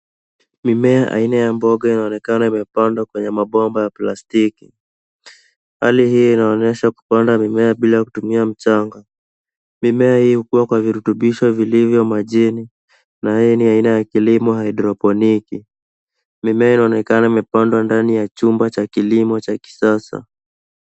Mimea aina ya mboga inaonekana imepandwa kwenye mabomba ya plastiki. Hali hii inaonyesha kupanda mimea bila kutumia mchanga. Mimea hii hukuwa kwa virutubisho vilivyo majini na hii ni aina ya kilimo ya haidroponiki. Mimea inaonekana imepandwa ndani ya chumba cha kilimo cha kisasa.